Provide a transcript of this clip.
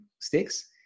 sticks